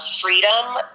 freedom